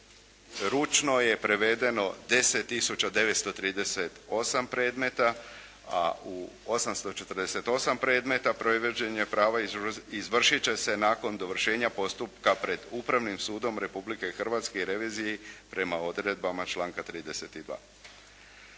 ručno je prevedeno 10 tisuća 938 predmeta, a u 848 predmeta … prava izvršit će se nakon dovršetka postupka pred Upravnim sudom Republike Hrvatske i reviziji prema odredbi članka 32.